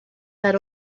that